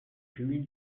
cumul